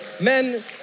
Men